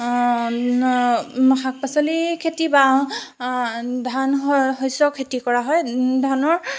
শাক পাচলি খেতি বা ধান শস্যৰ খেতি কৰা হয় ধানৰ